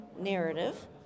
narrative